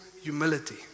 humility